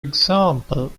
example